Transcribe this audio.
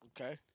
Okay